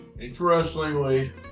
Interestingly